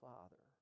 Father